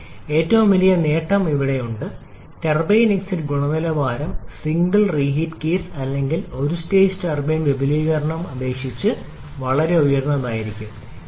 എന്നാൽ ഏറ്റവും വലിയ നേട്ടം ഇവിടെയുണ്ട് ടർബൈൻ എക്സിറ്റ് ഗുണനിലവാരം സിംഗിൾ റീഹീറ്റ് കേസ് അല്ലെങ്കിൽ ഞാൻ ഒരു സ്റ്റേജ് ടർബൈൻ വിപുലീകരണം അപേക്ഷിച്ച് വളരെ ഉയർന്നതായിരിക്കും